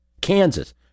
Kansas